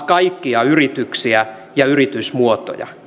kaikkia yrityksiä ja yritysmuotoja